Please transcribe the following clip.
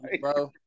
bro